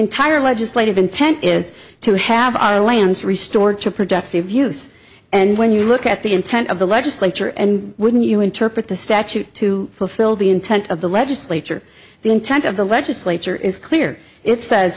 entire legislative intent is to have our lands restored to productive use and when you look at the intent of the legislature and when you interpret the statute to fulfill the intent of the legislature the intent of the legislature is clear it says